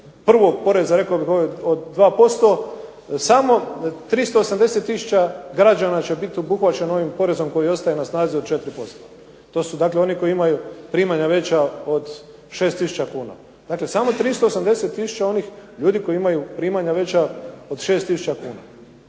prvog poreza, rekao bih od 2% samo 380 tisuća građana će biti obuhvaćeno ovim porezom koji ostaje na snazi od 4%. To su dakle oni koji imaju primanja veća od 6000 kuna, dakle samo 380 tisuća onih ljudi koji imaju primanja veća od 6000 kuna.